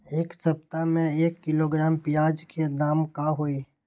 एक सप्ताह में एक किलोग्राम प्याज के दाम का होई?